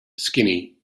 skinny